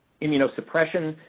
immunosuppression,